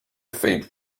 faint